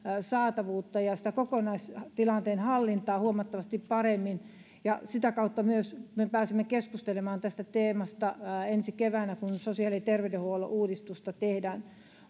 saatavuutta ja sitä kokonaistilanteen hallintaa huomattavasti paremmin sitä kautta me myös pääsemme keskustelemaan tästä teemasta ensi keväänä kun sosiaali ja terveydenhuollon uudistusta tehdään